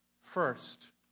First